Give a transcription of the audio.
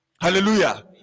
hallelujah